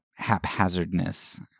haphazardness